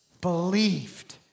Believed